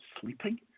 sleeping